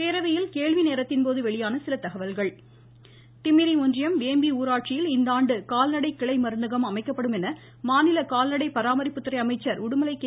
பேரவையில் கேள்விநேரத்தின்போது வெளியான சில தகவல்கள் திமிரி ஒன்றியம் வேம்பி ஊராட்சியில் இந்தஆண்டு கால்நடை கிளை மருந்தகம் அமைக்கப்படும் என்று மாநில கால்நடை பராமரிப்புத்துறை அமைச்சர் உடுமலை கே